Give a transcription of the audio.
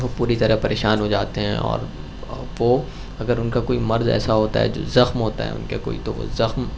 وہ پوری طرح پریشان ہوجاتے ہیں اور وہ اگر ان کا کوئی مرض ایسا ہوتا ہے جو زخم ہوتا ہے ان کے کوئی تو وہ زخم